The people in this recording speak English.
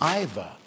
Iva